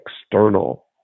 external